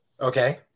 Okay